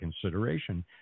consideration